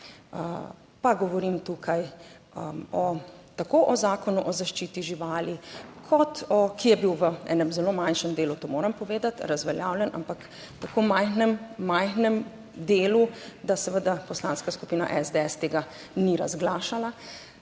pa govorim tukaj o, tako o Zakonu o zaščiti živali kot ki je bil v enem zelo manjšem delu, to moram povedati, razveljavljen, ampak tako majhnem delu, da seveda Poslanska skupina SDS tega ni razglašala